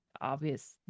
obvious